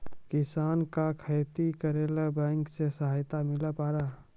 किसान का खेती करेला बैंक से सहायता मिला पारा?